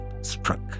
struck